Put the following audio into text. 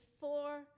four